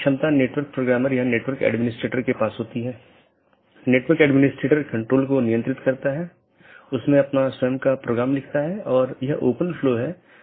तो एक BGP विन्यास एक ऑटॉनमस सिस्टम का एक सेट बनाता है जो एकल AS का प्रतिनिधित्व करता है